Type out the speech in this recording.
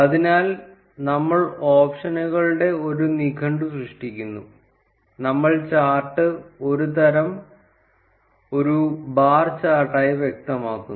അതിനാൽ നമ്മൾ ഓപ്ഷനുകളുടെ ഒരു നിഘണ്ടു സൃഷ്ടിക്കുന്നു നമ്മൾ ചാർട്ട് തരം ഒരു ബാർ ചാർട്ടായി വ്യക്തമാക്കുന്നു